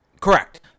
correct